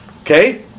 Okay